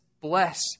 bless